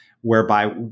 whereby